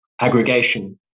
aggregation